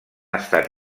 estat